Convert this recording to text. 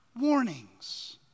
warnings